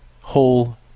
whole